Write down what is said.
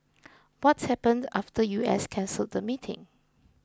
what happened after U S cancelled the meeting